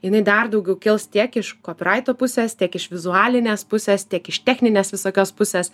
jinai dar daugiau kils tiek iš kopiraito pusės tiek iš vizualinės pusės tiek iš techninės visokios pusės